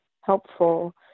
helpful